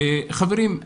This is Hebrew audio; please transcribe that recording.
חברים,